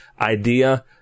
idea